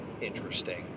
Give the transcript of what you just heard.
interesting